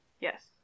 yes